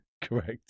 Correct